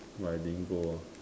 but I didn't go ah